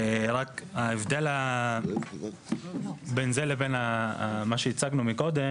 ההבדל בין זה לבין מה שהיצגנו מקודם,